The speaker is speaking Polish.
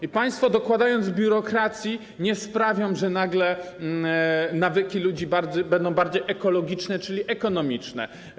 I państwo, dokładając biurokracji, nie sprawią, że nagle nawyki ludzi będą bardziej ekologiczne, czyli ekonomiczne.